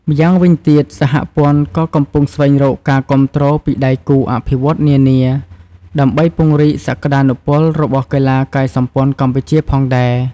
ម្យ៉ាងវិញទៀត សហព័ន្ធក៏កំពុងស្វែករកការគាំទ្រពីដៃគូអភិវឌ្ឍន៍នានា ដើម្បីពង្រីកសក្តានុពលរបស់កីឡាកាយសម្ព័ន្ធកម្ពុជាផងដែរ។